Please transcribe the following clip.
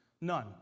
None